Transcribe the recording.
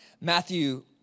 Matthew